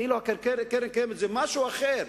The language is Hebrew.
כאילו הקרן הקיימת זה משהו אחר,